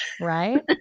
right